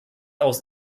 aus